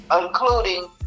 including